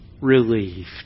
relieved